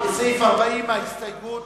ההסתייגות